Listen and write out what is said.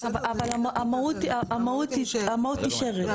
אבל המהות נשארת.